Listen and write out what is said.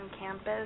campus